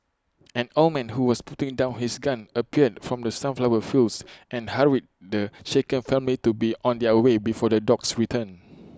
an old man who was putting down his gun appeared from the sunflower fields and hurried the shaken family to be on their way before the dogs return